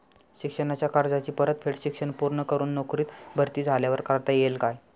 शिक्षणाच्या कर्जाची परतफेड शिक्षण पूर्ण करून नोकरीत भरती झाल्यावर करता येईल काय?